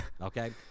Okay